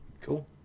cool